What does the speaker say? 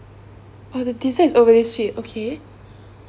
oh the dessert is overly sweet okay